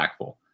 impactful